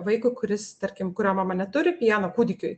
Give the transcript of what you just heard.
vaikui kuris tarkim kurio mama neturi pieno kūdikiui